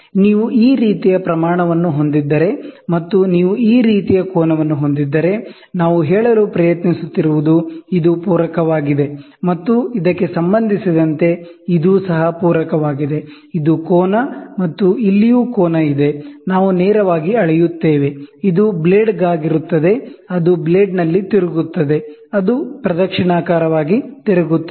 ನೀವು ಈ ರೀತಿಯ ಸ್ಕೇಲ್ ಅನ್ನು ಹೊಂದಿದ್ದರೆ ಮತ್ತು ನೀವು ಈ ರೀತಿಯ ಕೋನವನ್ನು ಹೊಂದಿದ್ದರೆ ನಾವು ಹೇಳಲು ಪ್ರಯತ್ನಿಸುತ್ತಿರುವುದು ಇದು ಪೂರಕವಾಗಿದೆ ಮತ್ತು ಇದಕ್ಕೆ ಸಂಬಂಧಿಸಿದಂತೆ ಇದು ಸಹ ಪೂರಕವಾಗಿದೆ ಇದು ಕೋನ ಮತ್ತು ಇಲ್ಲಿಯೂ ಕೋನ ಇದೆ ನಾವು ನೇರವಾಗಿ ಅಳೆಯುತ್ತೇವೆ ಇದು ಬ್ಲೇಡ್ಗಾಗಿರುತ್ತದೆ ಅದು ಬ್ಲೇಡ್ನಲ್ಲಿ ತಿರುಗುತ್ತದೆ ಅದು ಕ್ಲೋಕ್ವೈಸ್ ಆಗಿ ತಿರುಗುತ್ತದೆ